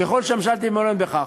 ככל שהממשלה תהיה מעוניינת בכך.